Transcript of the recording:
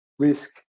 risk